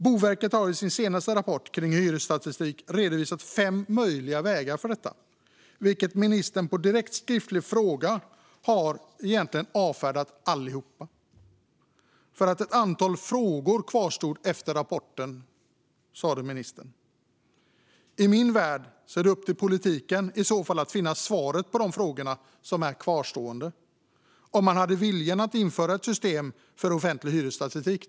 Boverket har i sin senaste rapport kring hyresstatistik redovisat fem möjliga vägar för detta, men ministern har i ett svar på en direkt skriftlig fråga egentligen avfärdat allihop för att ett antal frågor kvarstod efter rapporten, som ministern sa. I min värld är det i så fall upp till politiken att finna svaret på de frågor som kvarstår - det vill säga om man har viljan att införa ett system för offentlig hyresstatistik.